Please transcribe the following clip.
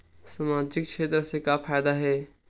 सामजिक क्षेत्र से का फ़ायदा हे?